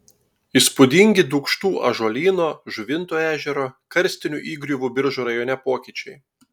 įspūdingi dūkštų ąžuolyno žuvinto ežero karstinių įgriuvų biržų rajone pokyčiai